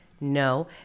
No